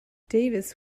davis